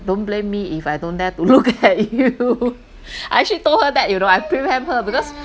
don't blame me if I don't dare to look at you I actually told her that you know I preempt her because